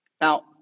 Now